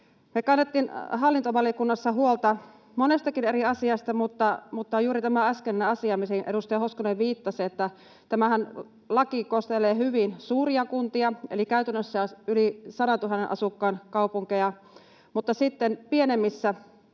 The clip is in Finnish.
Me kannettiin hallintovaliokunnassa huolta monestakin eri asiasta, mutta juuri tämä äskeinen asia, mihin edustaja Hoskonen viittasi, on se, että tämä lakihan kohtelee hyvin suuria kuntia eli käytännössä yli 100 000 asukkaan kaupunkeja, mutta sitten pienemmissä